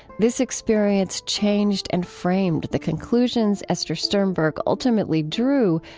this experience changed and framed the conclusions esther sternberg ultimately drew,